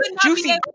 juicy